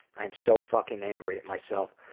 i'm so fucking angry at myself,